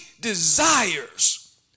desires